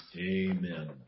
Amen